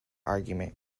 argument